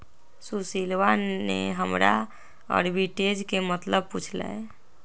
सुशीलवा ने हमरा आर्बिट्रेज के मतलब पूछ लय